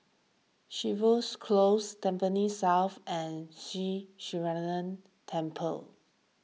Jervois Close Tampines South and Sri Temple